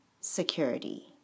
security